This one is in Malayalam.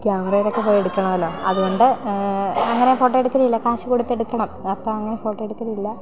ക്യാമറയിലൊക്കെ പോയി എടുക്കണമല്ലോ അതുകൊണ്ട് അങ്ങനെ ഫോട്ടോ എടുക്കലില്ല കാശ് കൊടുത്ത് എടുക്കണം അപ്പം അങ്ങനെ ഫോട്ടോ എടുക്കലില്ല